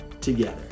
together